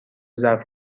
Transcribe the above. ضعف